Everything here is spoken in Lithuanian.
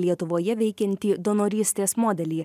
lietuvoje veikiantį donorystės modelį